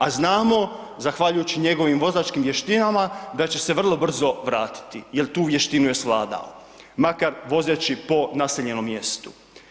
A znamo zahvaljujući njegovim vozačkim vještinama da će se vrlo brzo vratiti jel tu vještinu je svladao makar vozeći po naseljenom mjestu.